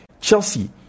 Chelsea